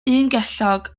ungellog